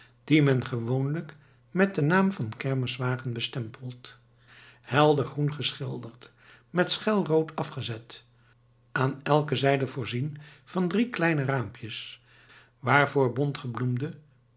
die men gewoonlijk met den naam van kermiswagen bestempelt heldergroen geschilderd met schel rood afgezet aan elke zijde voorzien van drie kleine raampjes waarvoor